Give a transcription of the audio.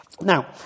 Now